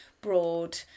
broad